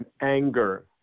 anger